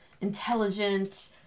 intelligent